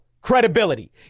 credibility